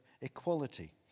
equality